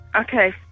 Okay